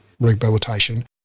rehabilitation